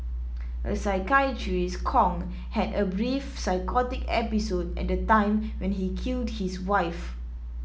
a psychiatrist said Kong had a brief psychotic episode at the time when he killed his wife